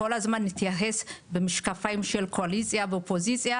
כל הזמן נתייחס במשקפיים של קואליציה ואופוזיציה,